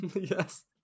Yes